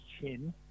chin